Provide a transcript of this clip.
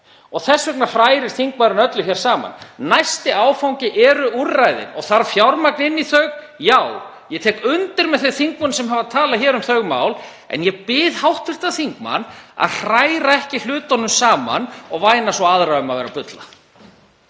Þess vegna hrærir þingmaðurinn öllu hér saman. Næsti áfangi eru úrræðin. Þarf fjármagn inn í þau? Já, og ég tek undir með þeim þingmönnum sem hafa talað hér um þau mál. En ég bið hv. þingmann að hræra ekki hlutunum saman og væna aðra um að vera að bulla.